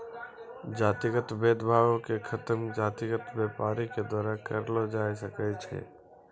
जातिगत भेद भावो के खतम जातिगत व्यापारे के द्वारा करलो जाय सकै छै